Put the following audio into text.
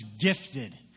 gifted